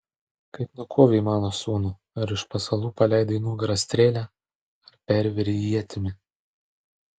kaip nukovei mano sūnų ar iš pasalų paleidai į nugarą strėlę ar pervėrei ietimi